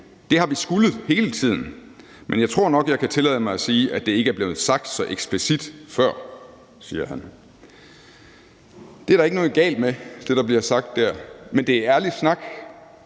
Det har vi skullet hele tiden, men jeg tror nok, jeg kan tillade mig at sige, at det ikke er blevet sagt så eksplicit før«. Det, der bliver sagt dér, er der ikke noget galt med, men det er ærlig snak